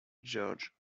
george